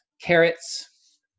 carrots